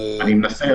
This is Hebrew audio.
אני מנסה,